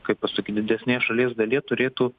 kaip pasakyt didesnėje šalies dalyje turėtų